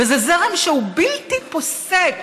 וזה זרם שהוא בלתי פוסק,